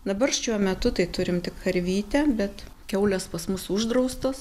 dabar šiuo metu tai turim tik karvytę bet kiaulės pas mus uždraustos